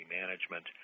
management